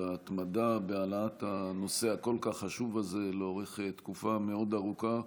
על ההתמדה בהעלאת הנושא הכל-כך חשוב הזה לאורך תקופה מאוד ארוכה.